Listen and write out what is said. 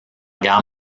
guerre